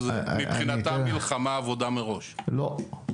מבחינתה זה מלחמה אבודה מראש, אני חושב.